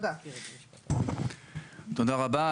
תודה רבה,